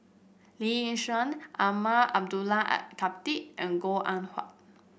Lee Yi Shyan Umar Abdullah Al Khatib and Goh Eng Wah